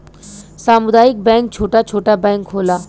सामुदायिक बैंक छोटा छोटा बैंक होला